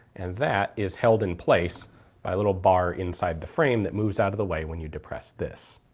and that is held in place by a little bar inside the frame that moves out of the way when you depress this.